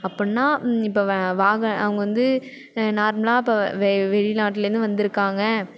அப்புடின்னா இப்போ வ வாகன அவங்க வந்து நார்மலாக இப்போ வெளி வெளிநாட்டுலேருந்து வந்திருக்காங்க